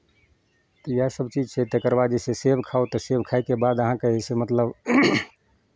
तऽ इएह सभ चीज छै तकर बाद जे छै सेब खाउ तऽ सेब खायके बाद अहाँके जइसे मतलब